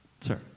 sir